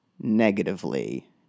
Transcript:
negatively